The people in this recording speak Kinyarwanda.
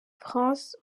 france